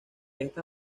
esta